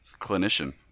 clinician